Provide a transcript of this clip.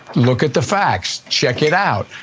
look at the facts. check it out.